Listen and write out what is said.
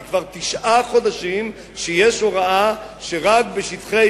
אלא זה כבר תשעה חודשים שיש הוראה שרק בשטחי